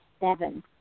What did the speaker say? seven